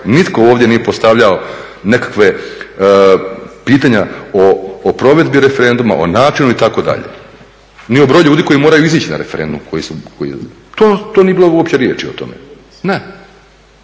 nitko ovdje nije postavljao nekakve pitanja o provedbi referenduma o načinu ni o broju ljudi koji moraju izići na referendum. To nije bilo uopće riječi o tome, ne.